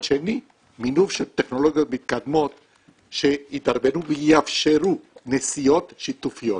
שני מינוף של טכנולוגיות מתקדמות שיאפשרו נסיעות שיתופיות.